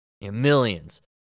millions